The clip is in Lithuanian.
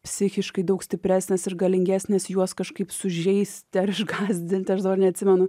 psichiškai daug stipresnės ir galingesnės juos kažkaip sužeisti ar išgąsdinti aš dabar ir neatsimenu